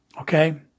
Okay